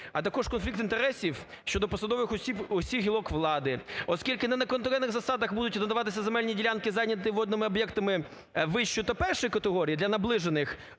а також конфлікт інтересів щодо посадових осіб усіх гілок влади. Оскільки не на конкурентних засадах будуть надаватися земельні ділянки, зайняті водними об'єктами вищої та першої категорії для наближених,